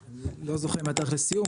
לא זוכר מה התאריך לסיום,